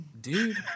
Dude